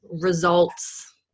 results